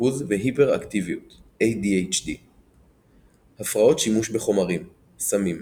ריכוז והיפראקטיביות ADHD הפרעות שימוש בחומרים סמים